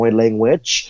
language